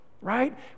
Right